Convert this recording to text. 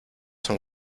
son